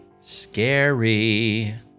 Scary